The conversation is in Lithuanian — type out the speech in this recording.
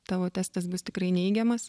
tavo testas bus tikrai neigiamas